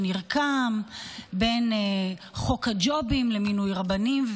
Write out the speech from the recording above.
שנרקם בין חוק הג'ובים למינוי רבנים,